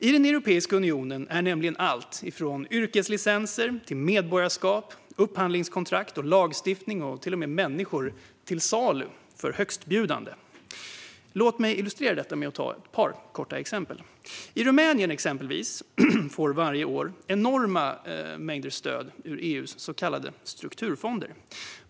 I Europeiska unionen är nämligen allt från yrkeslicenser och medborgarskap till upphandlingskontrakt, lagstiftning och till och med människor till salu till högstbjudande. Låt mig illustrera detta med ett par korta exempel. Rumänien får varje år enorma mängder stöd ur EU:s så kallade strukturfonder.